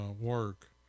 work